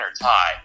tie